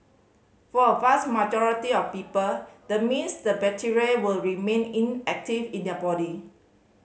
for a vast majority of people the means the bacteria will remain inactive in their body